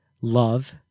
Love